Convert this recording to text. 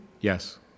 Yes